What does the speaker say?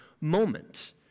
moment